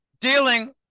dealing